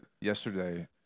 yesterday